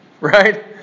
right